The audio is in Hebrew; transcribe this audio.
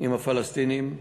עם הפלסטינים,